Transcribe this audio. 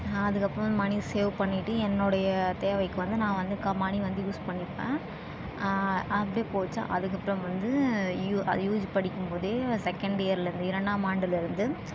அதுக்கு அப்புறம் money save பண்ணிட்டு என்னோடய தேவைக்கு வந்து நான் வந்து கா மணி வந்து யூஸ் பண்ணிப்பேன் அப்படியே போச்சு அதுக்கு அப்புறம் வந்து யு அது யுஜி படிக்கும் போதே செகண்ட் இயர்லேருந்து இரண்டாமாண்டிலருந்து